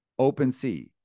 OpenSea